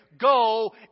Go